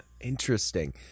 interesting